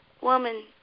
Woman